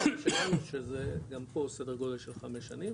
הבנו שגם פה זה סדר גודל של חמש שנים,